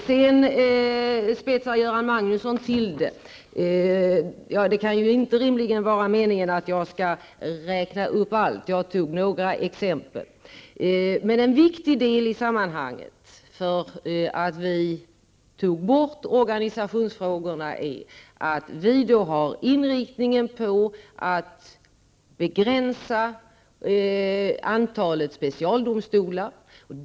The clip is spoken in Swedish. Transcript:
Sedan spetsar Göran Magnusson till frågeställningen. Det kan inte rimligen vara meningen att jag skall räkna upp allt. Jag tog några exempel. En viktig orsak i sammanhanget till att organisationsfrågorna togs bort i direktiven är att regeringen är inriktad på att begränsa antalet specialdomstolar.